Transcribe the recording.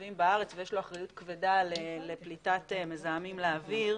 נרחבים בארץ ויש לו אחריות כבדה לפליטת מזהמים לאוויר.